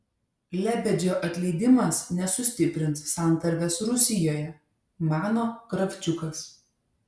lebedžio atleidimas nesustiprins santarvės rusijoje mano kravčiukas